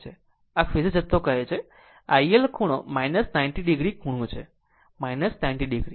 આ ફેઝર જથ્થો કહે છે iL ખૂણો 90 o ખૂણો છે 90 o